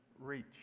reach